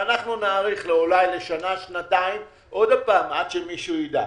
ואנחנו נאריך אולי לשנה-שנתיים עוד פעם עד שמישהו ידאג.